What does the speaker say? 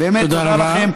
באמת תודה לכם.